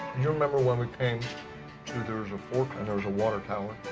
you remember when we came to, there was a fork and there was a water tower?